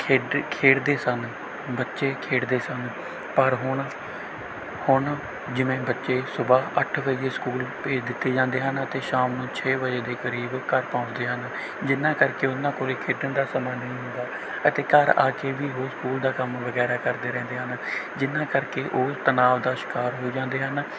ਖੇਡ ਖੇਡਦੇ ਸਨ ਬੱਚੇ ਖੇਡਦੇ ਸਨ ਪਰ ਹੁਣ ਹੁਣ ਜਿਵੇਂ ਬੱਚੇ ਸੁਬਹਾ ਅੱਠ ਵਜੇ ਸਕੂਲ ਭੇਜ ਦਿੱਤੇ ਜਾਂਦੇ ਹਨ ਅਤੇ ਸ਼ਾਮ ਨੂੰ ਛੇ ਵਜੇ ਦੇ ਕਰੀਬ ਘਰ ਪਹੁੰਚਦੇ ਹਨ ਜਿਹਨਾਂ ਕਰਕੇ ਉਹਨਾਂ ਕੋਲ ਖੇਡਣ ਦਾ ਸਮਾਂ ਨਹੀਂ ਹੁੰਦਾ ਅਤੇ ਘਰ ਆ ਕੇ ਵੀ ਉਹ ਸਕੂਲ ਦਾ ਕੰਮ ਵਗੈਰਾ ਕਰਦੇ ਰਹਿੰਦੇ ਹਨ ਜਿਹਨਾਂ ਕਰਕੇ ਉਹ ਤਨਾਵ ਦਾ ਸ਼ਿਕਾਰ ਹੋ ਜਾਂਦੇ ਹਨ